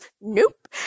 nope